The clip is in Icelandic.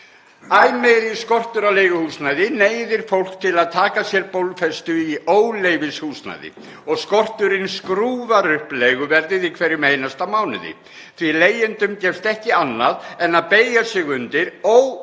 Æ meiri skortur á leiguhúsnæði neyðir fólk til að taka sér bólfestu í óleyfilegu húsnæði og skorturinn skrúfar upp leiguverðið í hverjum einasta mánuði því leigjendum gefst ekki annað en að beygja sig undir